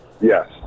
Yes